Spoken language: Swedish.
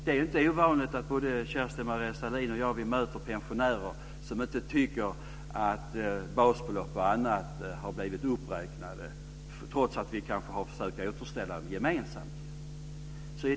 Det är inte ovanligt att både Kerstin-Maria Stalin och jag möter pensionärer som tycker att basbelopp och annat inte har blivit uppräknat, trots att vi kanske har försökt att återställa det gemensamt.